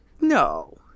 no